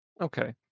Okay